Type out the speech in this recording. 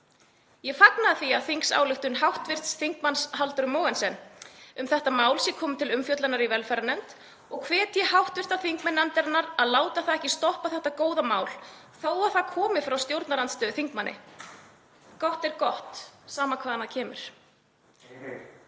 Ég fagna því að þingsályktunartillaga hv. þm. Halldóru Mogensen um þetta mál sé komið til umfjöllunar í velferðarnefnd og hvet hv. þingmenn nefndarinnar til að láta það ekki stoppa þetta góða mál þó að það komi frá stjórnarandstöðuþingmanni. Gott er gott, sama hvaðan það kemur.